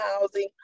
housing